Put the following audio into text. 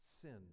sin